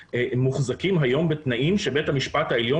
מוחזקים היום בתנאים שבית המשפט העליון